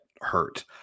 hurt